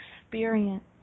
experience